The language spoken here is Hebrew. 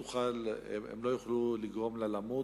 הם לא יוכלו לגרום לה למות,